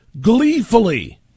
Gleefully